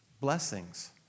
blessings